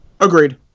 Agreed